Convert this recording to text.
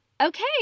Okay